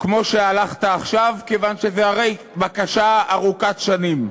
כמו שהלכת עכשיו, כיוון שזו הרי בקשה ארוכת-שנים.